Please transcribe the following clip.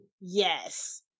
Yes